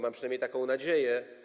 Mam przynajmniej taką nadzieję.